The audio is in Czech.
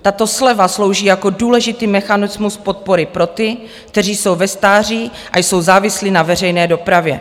Tato sleva slouží jako důležitý mechanismus podpory pro ty, kteří jsou ve stáří závislí na veřejné dopravě.